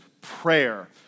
prayer